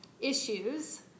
issues